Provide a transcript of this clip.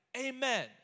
amen